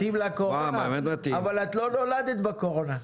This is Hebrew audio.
זה מתאים לקורונה, אבל את לא נולדת בקורונה.